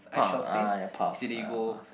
path uh ya path ah path